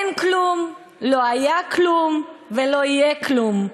"אין כלום, לא היה כלום ולא יהיה כלום".